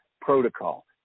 protocol